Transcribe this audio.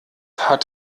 hat